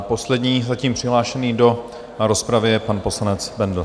Poslední zatím přihlášený do rozpravy je pan poslanec Bendl.